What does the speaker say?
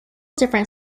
different